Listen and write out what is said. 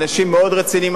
אנשים מאוד רציניים,